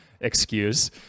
excuse